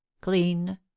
clean